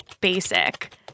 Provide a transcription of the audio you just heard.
basic